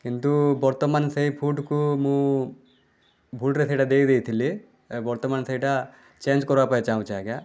କିନ୍ତୁ ବର୍ତ୍ତମାନ ସେଇ ଫୁଡ୍କୁ ମୁଁ ଭୁଲ୍ରେ ସେଟା ଦେଇ ଦେଇଥିଲି ବର୍ତ୍ତମାନ ସେଇଟା ଚେଞ୍ଜ କରିବା ପାଇଁ ଚାହୁଁଛି ଆଜ୍ଞା